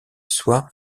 soit